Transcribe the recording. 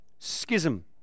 schism